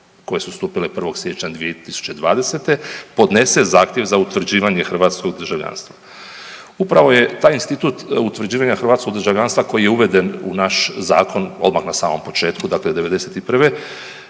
koje su stupile 1. siječnja 2020. podnese zahtjev za utvrđivanje hrvatskog državljanstva. Upravo je taj institut utvrđivanja hrvatskog državljanstva koji je uveden u naš zakon odmah na samom početku, dakle '91.